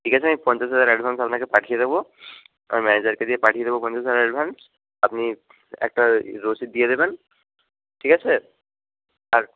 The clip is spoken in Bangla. ঠিক আছে আমি পঞ্চাশ হাজার অ্যাডভান্স আপনাকে পাঠিয়ে দেবো আমি ম্যানেজারকে দিয়ে পাঠিয়ে দেবো পঞ্চাশ হাজার অ্যাডভান্স আপনি একটা রসিদ দিয়ে দেবেন ঠিক আছে আর